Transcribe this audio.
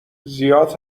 زیاد